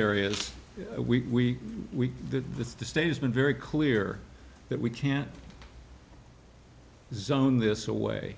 areas we we the with the state has been very clear that we can zone this away